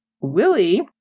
Willie